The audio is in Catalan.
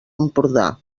empordà